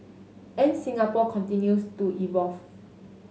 and Singapore continues to evolve